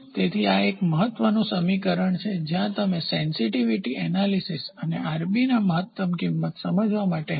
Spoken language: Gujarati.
તેથી આ એક મહત્વનું સમીકરણ જ્યાં તમે સેન્સીટીવીટી એનાલીસીસ સંવેદનશીલતા વિશ્લેષણ અને મહત્તમ કિંમત સમજવા માટે હશે